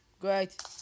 Great